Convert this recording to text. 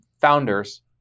founders